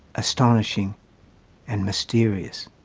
astonishing and mysterious.